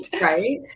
Right